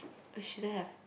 you shouldn't have